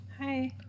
Hi